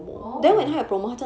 oh